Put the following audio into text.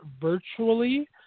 virtually